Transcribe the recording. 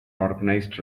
organized